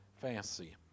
fancy